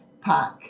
pack